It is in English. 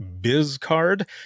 bizcard